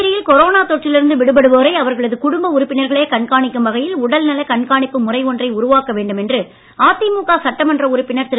புதுச்சேரியில் கொரோனா தொற்றில் இருந்து விடுபடுவோரை அவர்களது குடும்ப உறுப்பினர்களே கண்காணிக்கும் வகையில் உடல்நல கண்காணிப்பு முறை ஒன்றை உருவாக்க வேண்டும் என்று அதிமுக சட்டமன்ற உறுப்பினர் திரு